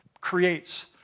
creates